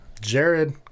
Jared